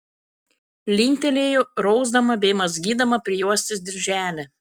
linktelėjo rausdama bei mazgydama prijuostės dirželį